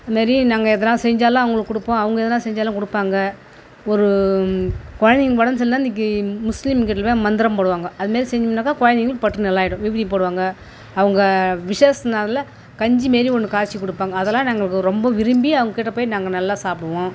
அதுமாரி நாங்கள் எதனா செஞ்சாலும் அவங்களுக்கு கொடுப்போம் அவங்க எதனா செஞ்சாலும் கொடுப்பாங்க ஒரு குழந்தைங்களுக்கு உடம்பு சரியில்லைனா இன்றைக்கி முஸ்லீம் கிட்ட போய் மந்திரம் போடுவாங்க அதுமாரி செஞ்சிங்கன்னாக்கா குழந்தைங்களுக்கு பற்று நல்லா ஆகிடும் விபூதி போடுவாங்க அவங்க விஷேஷ நாளில் கஞ்சி மாரி ஒன்று காய்ச்சி கொடுப்பாங்க அதெலாம் நாங்கள் க ரொம்ப விரும்பி அவங்கக்கிட்ட போய் நாங்கள் நல்லா சாப்பிடுவோம்